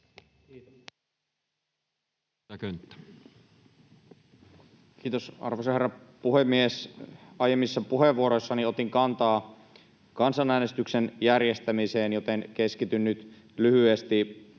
Content: Kiitos, arvoisa herra puhemies! Aiemmissa puheenvuoroissani otin kantaa kansanäänestyksen järjestämiseen, joten keskityn nyt lyhyesti